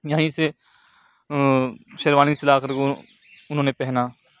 یہیں سے شیروانی سلا کر کے انہوں نے پہنا